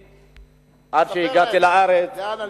עד שהגעתי לארץ, לאן עלית?